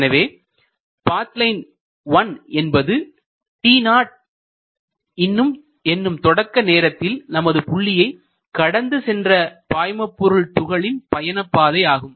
எனவே path line 1 என்பது t0 இன்னும் தொடக்க நேரத்தில் நமது புள்ளியை கடந்து சென்ற பாய்மபொருள் துகளின் பயணப்பாதை ஆகும்